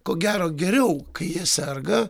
ko gero geriau kai jie serga